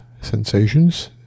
sensations